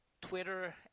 Twitter